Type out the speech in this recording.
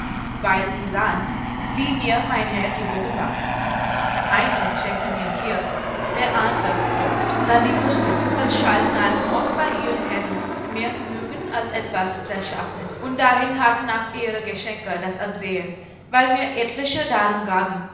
weil sie sahen wie mir mein herr gewogen war einer schenkte mir hier der ander dort dann sie wußten daß schalksnarren oft bei ihren herren mehr vermügen als etwas rechtschaffenes und dahin hatten auch ihre geschenke das absehen weil mir etliche darum gaben